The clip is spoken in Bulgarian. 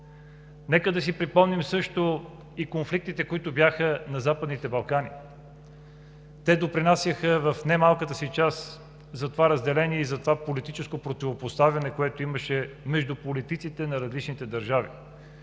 Нека да си припомним също и конфликтите, които бяха на Западните Балкани. Те допринасяха в немалката си част за това разделение и политическо противопоставяне, което имаше между политиците на различните държави,